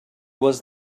was